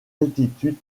altitude